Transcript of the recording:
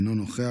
אינו נוכח,